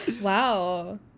Wow